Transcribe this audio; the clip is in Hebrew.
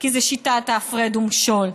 כי זה שיטת הפרד ומשול.